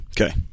Okay